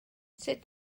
sut